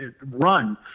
run